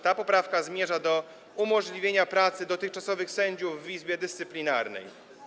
Ta poprawka zmierza do umożliwienia pracy dotychczasowych sędziów w Izbie Dyscyplinarnej.